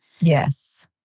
Yes